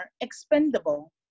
expendable